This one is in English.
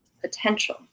potential